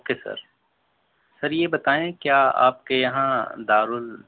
okay sir sir یہ بتائیں کیا آپ کے یہاں دارل